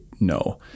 no